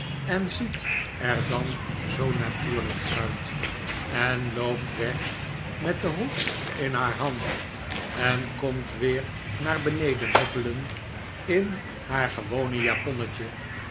en ziet er dan zoo natuurlijk uit en loopt weg met den hoed in haar hand en komt weer naar beneden huppelen in haar gewone japonnetje